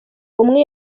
umwe